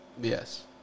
Yes